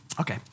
Okay